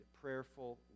prayerful